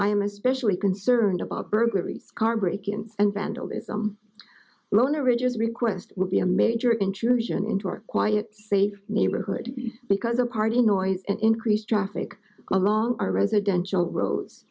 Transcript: i am especially concerned about burglaries car break ins and vandalism lower ridges request would be a major intrusion into our quiet safe neighborhood because the party noise and increased traffic along our residential ro